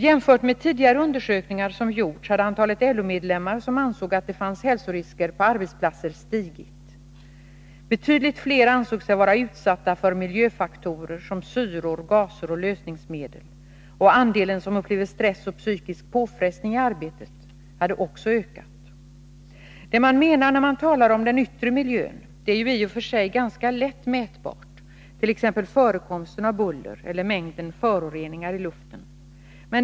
Jämfört med tidigare undersökningar som gjorts hade antalet LO-medlemmar som ansåg att det fanns hälsorisker på arbetsplatser stigit. Betydligt fler ansåg sig vara utsatta för miljöfaktorer som syror, gaser och lösningsmedel, och andelen som upplevde stress och psykisk påfrestning i arbetet hade också ökat. Det man menar när man talar om den yttre miljön är i och för sig ganska lätt mätbart, t.ex. förekomsten av buller eller mängden föroreningar i luften.